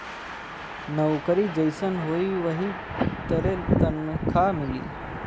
नउकरी जइसन होई वही तरे तनखा मिली